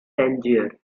tangier